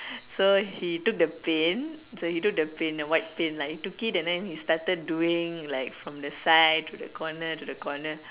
so he took the paint so he took the paint the white paint lah he took it then he started doing from the side to the corner to the corner